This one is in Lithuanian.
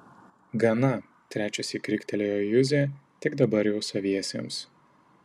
gana trečiąsyk riktelėjo juzė tik dabar jau saviesiems